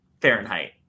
Fahrenheit